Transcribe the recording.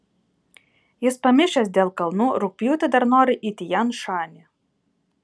jis pamišęs dėl kalnų rugpjūtį dar nori į tian šanį